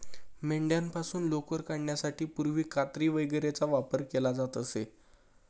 मेंढ्यांपासून लोकर काढण्यासाठी पूर्वी कात्री वगैरेचा वापर केला जात असे